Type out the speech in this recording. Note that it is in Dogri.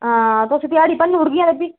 हां तुस ध्याड़ी भन्नी ओड़गियां ते भी